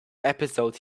episode